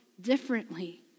differently